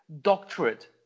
doctorate